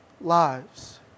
lives